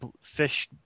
fish